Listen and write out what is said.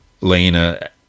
Lena